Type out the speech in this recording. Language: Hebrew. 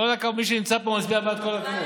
מי שנמצא פה ומצביע בעד, כל הכבוד.